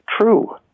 true